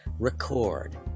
Record